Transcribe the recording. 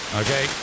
okay